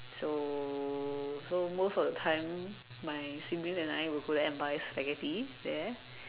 so so most of the time my siblings and I will go there and buy Spaghetti there